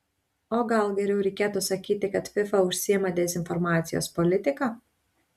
o gal geriau reikėtų sakyti kad fifa užsiima dezinformacijos politika